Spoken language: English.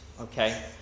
okay